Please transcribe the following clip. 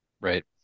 Right